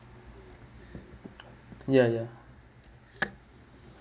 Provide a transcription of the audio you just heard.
ya ya